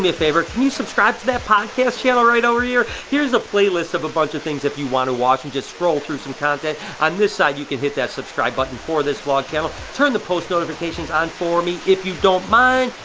me a favor? can you subscribe to that podcast channel right over here? here's a playlist of a bunch of things if you want to watch and just scroll through some content. on this side you can hit that subscribe button for this blog channel. turn the post notifications on for me, if you don't mind.